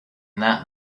that